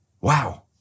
Wow